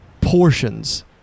portions